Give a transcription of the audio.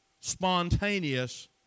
spontaneous